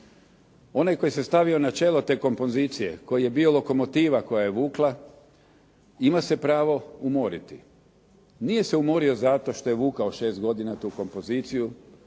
Onaj koji se stavio na čelo te kompozicije, koji je bio lokomotiva koja je vukla ima se pravo umoriti. Nije se umorio zato što je vukao 6 godina tu kompoziciju